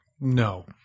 no